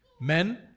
Men